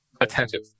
attentive